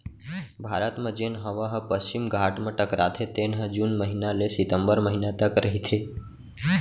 भारत म जेन हवा ह पस्चिम घाट म टकराथे तेन ह जून महिना ले सितंबर महिना तक रहिथे